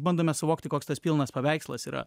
bandome suvokti koks tas pilnas paveikslas yra